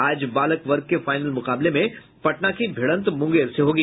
आज बालक वर्ग के फाइनल मुकाबले में पटना की भिड़ंत मुंगेर से होगी